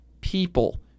people